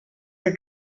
are